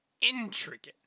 intricate